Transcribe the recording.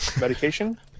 Medication